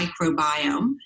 microbiome